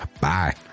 Bye